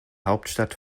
hauptstadt